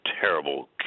terrible